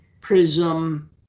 Prism